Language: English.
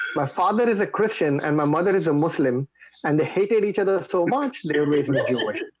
my father is a christian and my mother is a muslim and they hated each other so much. they always made jewish.